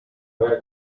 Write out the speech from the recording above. gukwa